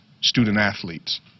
student-athletes